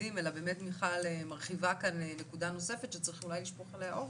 לילדים אלא מיכל מרחיבה כאן נקודה נוספת שצריך אולי לשפוך עליה אור.